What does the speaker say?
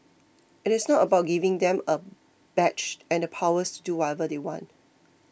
it is not about giving them a badge and the powers to do whatever they want